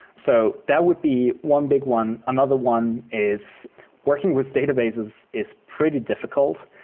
so that would be one big one. another one is working with databases is pretty difficult.